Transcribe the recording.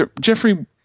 Jeffrey